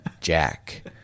Jack